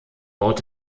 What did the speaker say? bord